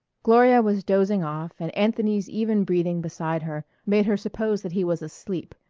gloria was dozing off and anthony's even breathing beside her made her suppose that he was asleep,